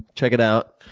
check it out.